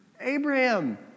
Abraham